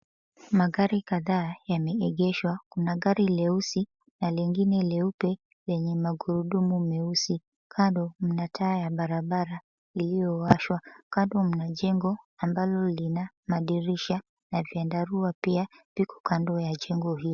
Magari kadhaa yameegeshwa. Kuna gari leusi na lingine leupe, yenye magurudumu meusi. Kando mna taa ya barabara iliyowashwa. Kando mna jengo ambalo lina madirisha na vyandarua, pia viko kando ya jengo hili.